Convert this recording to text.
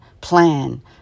plan